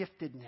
giftedness